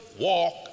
walk